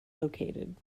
located